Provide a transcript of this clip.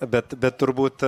bet bet turbūt